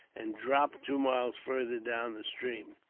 and drop two miles farther down the stream.